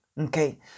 Okay